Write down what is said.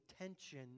tension